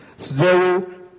Zero